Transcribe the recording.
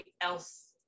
else